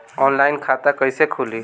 Online खाता कईसे खुलि?